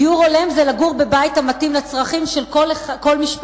דיור הולם זה לגור בבית המתאים לצרכים של כל משפחה,